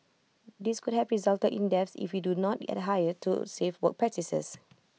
these could have resulted in deaths if we do not adhere to safe work practices